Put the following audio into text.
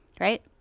right